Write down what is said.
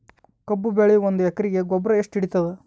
ಕಬ್ಬು ಬೆಳಿ ಒಂದ್ ಎಕರಿಗಿ ಗೊಬ್ಬರ ಎಷ್ಟು ಹಿಡೀತದ?